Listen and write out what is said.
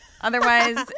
Otherwise